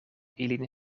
ilin